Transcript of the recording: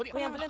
what have